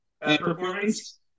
performance